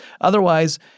Otherwise